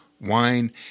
wine